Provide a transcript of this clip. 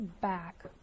back